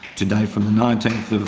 today from the nineteenth of,